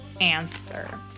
answer